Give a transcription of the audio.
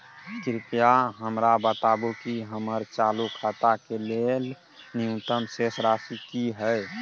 कृपया हमरा बताबू कि हमर चालू खाता के लेल न्यूनतम शेष राशि की हय